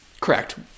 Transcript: Correct